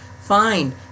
fine